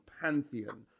pantheon